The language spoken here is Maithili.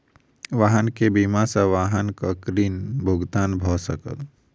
वाहन के बीमा सॅ वाहनक ऋण भुगतान भ सकल